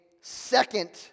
second